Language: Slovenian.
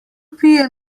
pije